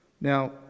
Now